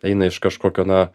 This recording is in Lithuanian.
eina iš kažkokio na